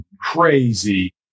crazy